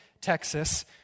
Texas